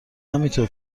همینطور